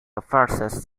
versus